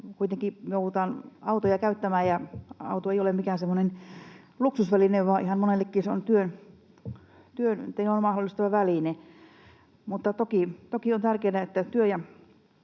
kuitenkin joudutaan autoja käyttämään, ja auto ei ole mikään semmoinen luksusväline, vaan ihan monellekin se on työnteon mahdollistava väline. Toki on tärkeätä, että työ ja